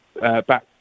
back